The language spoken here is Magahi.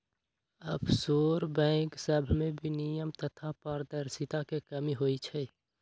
आफशोर बैंक सभमें विनियमन तथा पारदर्शिता के कमी होइ छइ